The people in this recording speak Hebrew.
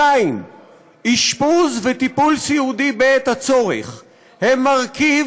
2. אשפוז וטיפול סיעודי בעת הצורך הם מרכיב